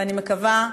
ואני מקווה,